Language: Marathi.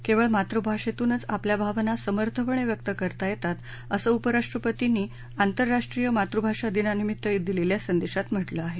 केवळ मातृभाषेतूनच आपल्या भावना समर्थपणे व्यक्त करता येतात असं उपराष्ट्रपतींनी आंतरराष्ट्रीय मातृभाषा दिनानिमित्त दिलेल्या संदेशात म्हटलं आहे